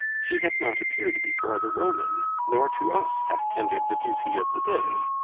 she hath not appear'd before the roman, nor to us hath tender'd the duty of the day.